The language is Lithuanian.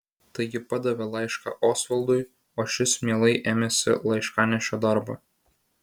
taigi padavė laišką osvaldui o šis mielai ėmėsi laiškanešio darbo